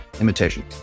imitation